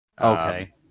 Okay